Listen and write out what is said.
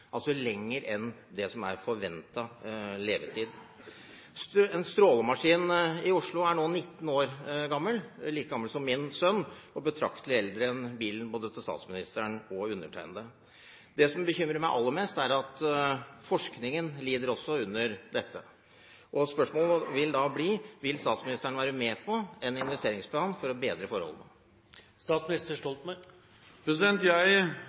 altså lenger enn det som er forventet levetid. En strålemaskin i Oslo er nå 19 år gammel – like gammel som min sønn og betraktelig eldre enn bilen til både statsministeren og undertegnede. Det som bekymrer meg aller mest, er at forskningen også lider under dette. Spørsmålet vil da bli: Vil statsministeren være med på en investeringsplan for å bedre forholdene?